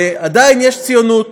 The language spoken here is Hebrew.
ועדיין יש ציונות.